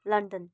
London